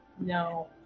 No